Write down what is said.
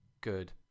good